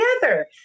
together